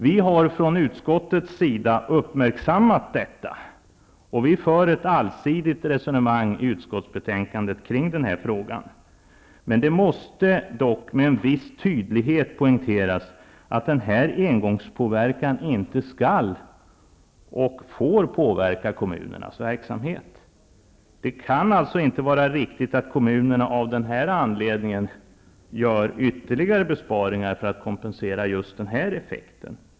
Vi har från utskottets sida uppmärksammat detta. Vi för ett allsidigt resonemang i utskottsbetänkandet kring denna fråga. Det måste dock med en viss tydlighet poängteras att denna engångspåverkan inte skall eller får påverka kommunernas verksamhet. Det kan inte vara riktigt att kommunerna av denna anledning gör ytterligare besparingar för att kompensera just denna effekt.